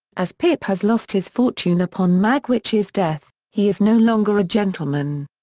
as pip has lost his fortune upon magwitch's death, he is no longer a gentleman.